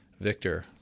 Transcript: Victor